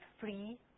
free